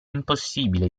impossibile